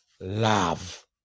love